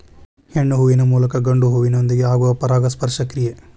ಹೆಣ್ಣು ಹೂವಿನ ಮೂಲಕ ಗಂಡು ಹೂವಿನೊಂದಿಗೆ ಆಗುವ ಪರಾಗಸ್ಪರ್ಶ ಕ್ರಿಯೆ